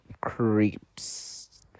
Creeps